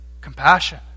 Compassion